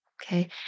Okay